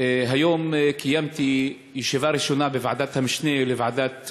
היום קיימתי ישיבה ראשונה בוועדת המשנה לוועדת